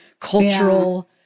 Cultural